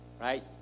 right